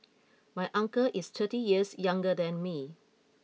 my uncle is thirty years younger than me